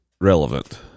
relevant